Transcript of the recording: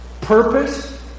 purpose